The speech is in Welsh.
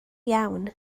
iawn